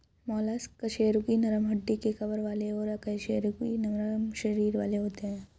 mollusc कशेरुकी नरम हड्डी के कवर वाले और अकशेरुकी नरम शरीर वाले होते हैं